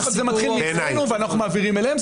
אבל זה מתחיל מאצלנו ואנחנו מעבירים אליהם.